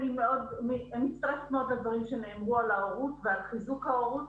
אני מצטרפת מאוד על הדברים שנאמרו על ההורות ועל חיזוק ההורות,